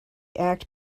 act